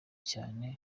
cyane